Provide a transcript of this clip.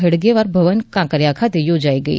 હેડગેવાર ભવન કાંકરીયા ખાતે યોજાઇ ગઇ